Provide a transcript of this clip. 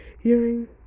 hearing